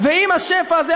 ועם השפע הזה,